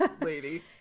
lady